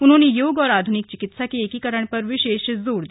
उन्होंने योग और आध्निक चिकित्सा के एकीकरण पर विशेष जोर दिया